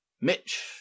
Mitch